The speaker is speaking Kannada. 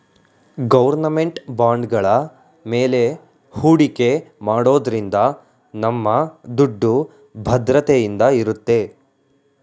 ಗೌರ್ನಮೆಂಟ್ ಬಾಂಡ್ಗಳ ಮೇಲೆ ಹೂಡಿಕೆ ಮಾಡೋದ್ರಿಂದ ನಮ್ಮ ದುಡ್ಡು ಭದ್ರತೆಯಿಂದ ಇರುತ್ತೆ